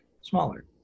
smaller